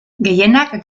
gehienak